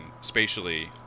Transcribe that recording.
spatially